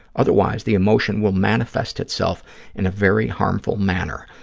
otherwise, the emotion will manifest itself in a very harmful manner,